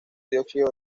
dióxido